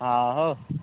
ହଁ ହଉ